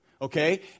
okay